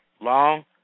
long